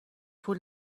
پول